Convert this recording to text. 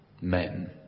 Men